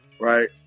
right